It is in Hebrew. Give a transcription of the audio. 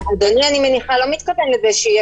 אני מניחה שאדוני לא מתכוון לזה שיהיה